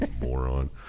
Moron